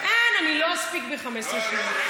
אין, אני לא אספיק ב-15 שניות.